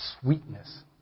sweetness